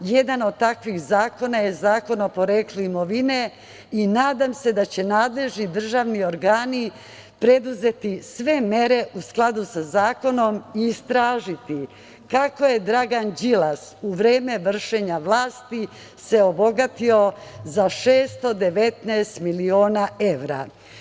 Jedan od takvih zakona je i Zakon o poreklu imovine i nadam se da će nadležni državni organi preduzeti sve mere u skladu sa zakonom i istražiti kako se Dragan Đilas u vreme vršenja vlasti obogatio za 619 miliona evra.